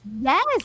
Yes